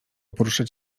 poruszać